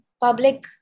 public